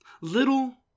little